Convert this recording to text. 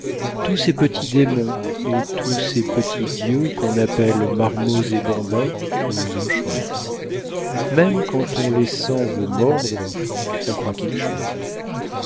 tous ces petits démons et tous ces petits dieux qu'on appelle marmots et bambins vous enchantent même quand on les sent vous mordre on croit qu'ils chantent